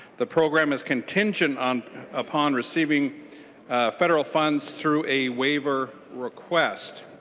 the program is contingent um upon receiving federal funds through a waiver request.